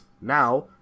Now